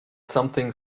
something